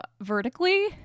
vertically